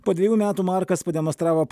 po dvejų metų markas pademonstravo